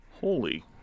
Holy